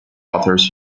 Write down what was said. authors